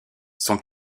son